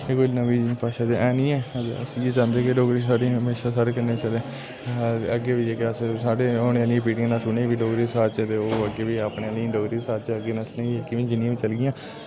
एह् कोई नमीं भाशा ते ऐ नि ऐ अस इयै चांह्दे के डोगरी साढ़ी हमेशा स्हाडे़ कन्नै चलै अग्गें बी जेह्के अस साढ़ी होने आह्ली पीड़ियें उनें बी डोगरी सखाचै ते ओह् अग्गें बी अपने आह्लें गी डोगरी सखाचै कि जिन्नियां बी चलगियां